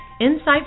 Insight